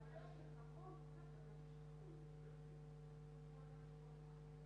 עכשיו לוקחים מהמצב העקום הזה ומנסים לשפץ אותו בכל מיני